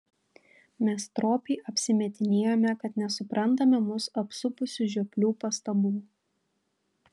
mes stropiai apsimetinėjome kad nesuprantame mus apsupusių žioplių pastabų